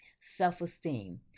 self-esteem